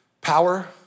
power